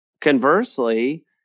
Conversely